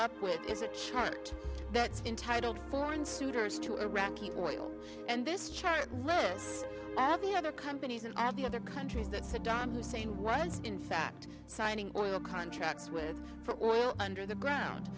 up with is a chart that's been titled foreign suitors to iraqi oil and this chart lists the other companies and as the other countries that saddam hussein was in fact signing oil contracts with for oil under the ground